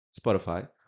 Spotify